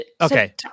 Okay